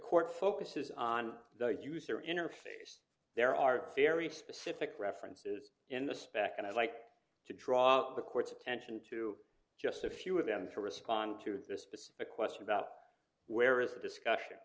court focuses on the user interface there are very specific references in the spec and i'd like to draw the court's attention to just a few of them to respond to this specific question about where is the discussion